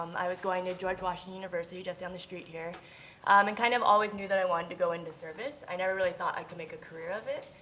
um i was going to george washington university just down the street here and kind of always knew that i wanted to go into service. i never really thought i could make a career of it.